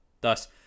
Thus